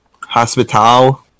Hospital